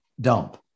dump